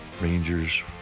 Rangers